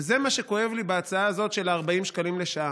וזה מה שכואב לי בהצעה הזאת של 40 שקלים לשעה.